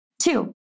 Two